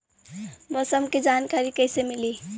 मौसम के जानकारी कैसे मिली?